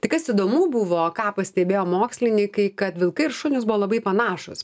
tai kas įdomu buvo ką pastebėjo mokslininkai kad vilkai ir šunys buvo labai panašūs